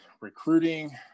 recruiting